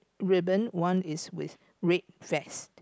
ribbon one is with red vest